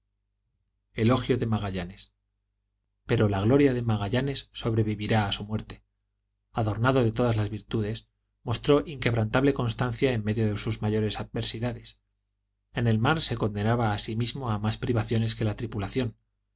elogio de magallanes pero la gloria de magallanes sobrevivirá a su muerte adornado de todas las virtudes mostró inquebrantable constancia en medio de sus mayores adversidades en el mar se condenaba a sí mismo a más privaciones que la tripulación